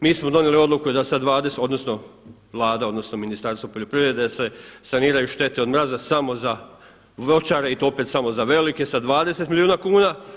Mi smo donijeli odluku da sa 20, odnosno Vlada, odnosno Ministarstvo poljoprivrede se saniraju štete od mraza samo za voćare i to opet samo za velike sa 20 milijuna kuna.